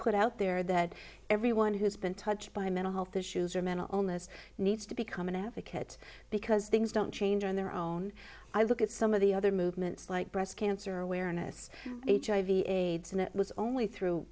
put out there that everyone who's been touched by mental health issues or mental illness needs to become an advocate because things don't change on their own i look at some of the other movements like breast cancer awareness hiv aids and it was only through